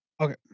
Okay